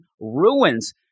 ruins